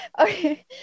Okay